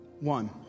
One